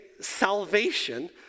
salvation